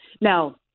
Now